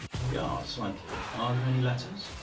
we are, slightly. are there any letters?